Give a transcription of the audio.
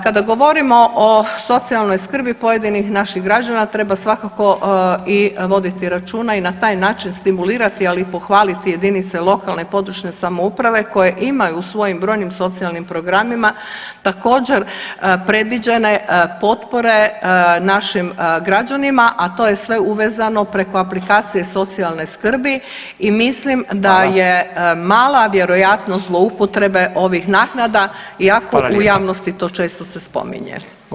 Kada govorimo o socijalnoj skrbi pojedinih naših građana, treba svakako i voditi računa i na taj način stimulirati, ali i pohvaliti jedinice lokalne, područne samouprave koje imaju u svojim brojnim socijalnim programima također predviđene potpore našim građanima, a to je sve uvezano preko aplikacije socijalne skrbi i mislim da je mala vjerojatnost zloupotrebe ovih naknada iako u javnosti to često se spominje.